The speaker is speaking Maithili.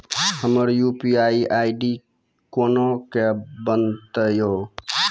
हमर यु.पी.आई आई.डी कोना के बनत यो?